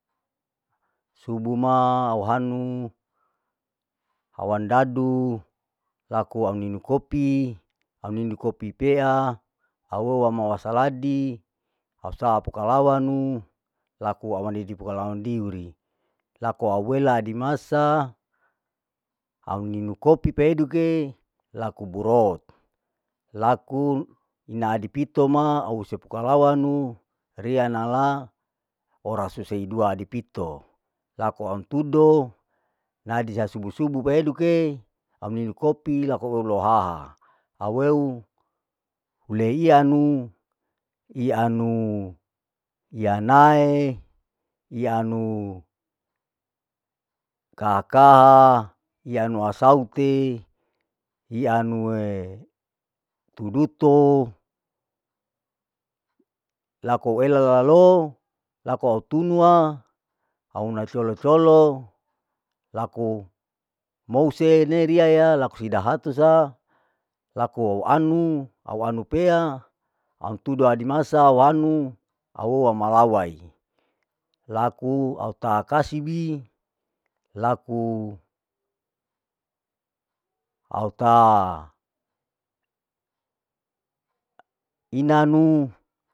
Subu ma au hanu awan dadu laku au ninu kopi, au ninu kopi pea auo waumou wasaladi, au saa pukalanu laku aweneidi pukalanu diuri, laku awela dimasa au ninu kopi peduke laku borot, laku ina adi pito duma au se pukalawanu, riya nala orasuseidua dipito, laku auntudo nadisa subu subu paeduke, au ninu kopi laku au lohaha, au eu ule iyanu, iyanu iya nae, iyanu kakaha, iyanu asaute, iyanue tuduto, laku ela lalalou, laku au tunua, au na colo colo, laku mouse lariya la laku sida hatu sa, laku au anu, au anu pea, auntudo adi masa awanu, au wow wamalawai, laku au uta kasibi, laku au uta inanu.